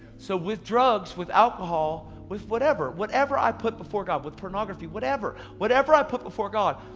so with drugs, with alcohol, with whatever, whatever i put before god, with pornography, whatever. whatever i put before god.